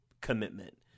commitment